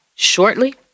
Shortly